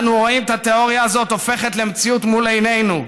אנו רואים את התיאוריה הזאת הופכת למציאות מול עינינו,